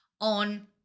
on